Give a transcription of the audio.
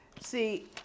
See